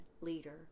leader